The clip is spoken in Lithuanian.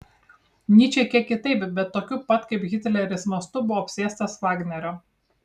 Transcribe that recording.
nyčė kiek kitaip bet tokiu pat kaip hitleris mastu buvo apsėstas vagnerio